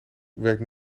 werkt